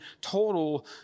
total